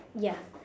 ya